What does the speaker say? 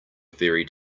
very